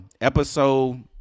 episode